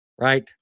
right